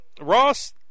ross